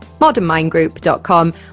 modernmindgroup.com